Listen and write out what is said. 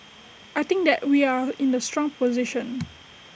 I think that we are in A strong position